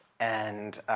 and